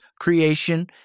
creation